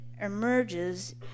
emerges